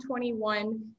2021